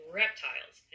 reptiles